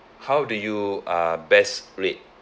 how do you uh best rate